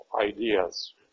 ideas